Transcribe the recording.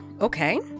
Okay